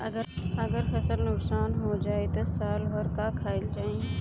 अगर फसल नुकसान हो जाई त साल भर का खाईल जाई